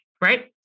right